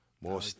more